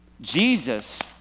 Jesus